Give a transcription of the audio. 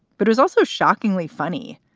but was also shockingly funny.